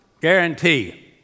guarantee